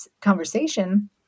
conversation